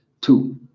Two